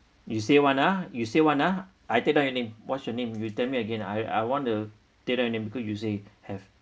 you say [one] ah you say [one] ah I take down your name what's your name you tell me again I I want to take down your name because you say have